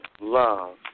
Love